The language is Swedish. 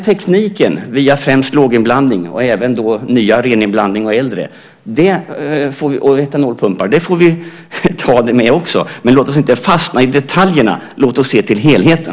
Tekniken via främst låginblandning och etanolpumpar får vi ta med också. Men låt oss inte fastna i detaljerna! Låt oss se till helheten!